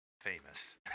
Famous